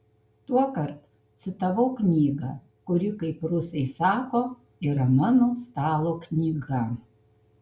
tuokart citavau knygą kuri kaip rusai sako yra mano stalo knyga